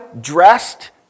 dressed